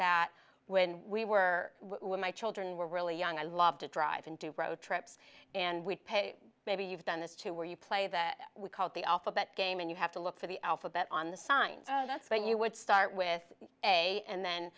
that when we were when my children were really young i loved to drive and do road trips and we'd pay maybe you've done this too where you play that we called the alphabet game and you have to look for the alphabet on the signs that's what you would start with a and then